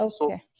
okay